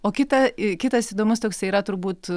o kitą kitas įdomus toksai yra turbūt